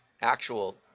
actual